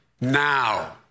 now